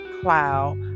cloud